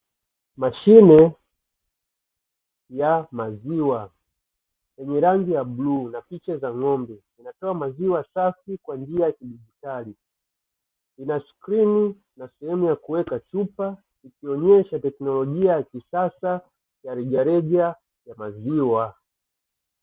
Mashine ya maziwa yenye rangi ya bluu na picha cha ng'ombe, inatoa maziwa safi kwa njia ya kidijitali ina skrini na sehemu ya kuweka chupa, ikionyesha teknolojia ya kisasa ya rejareja ya maziwa.